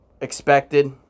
expected